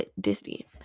Disney